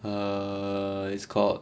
err it's called